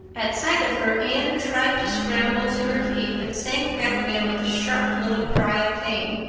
at sight of her anne tried to scramble to her feet, but sank back again with a sharp little cry of pain.